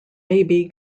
baby